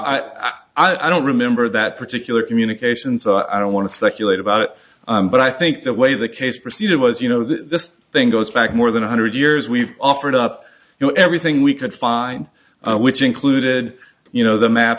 probably i don't remember that particular communication so i don't want to speculate about it but i think the way the case proceeded was you know this thing goes back more than a hundred years we've offered up you know everything we could find which included you know the map